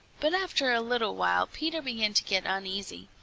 but after a little while peter began to get uneasy.